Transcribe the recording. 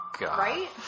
Right